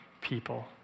people